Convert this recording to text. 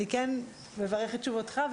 אני מברכת שוב אותך.